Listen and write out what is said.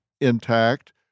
intact